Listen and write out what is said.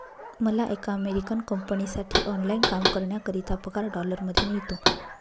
मला एका अमेरिकन कंपनीसाठी ऑनलाइन काम करण्याकरिता पगार डॉलर मध्ये मिळतो